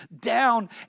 down